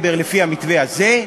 איזה מפעל ימשיך,